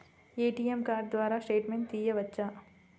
ATM card ద్వారా statement తీయవచ్చా?